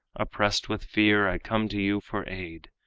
oppressed with fear, i come to you for aid.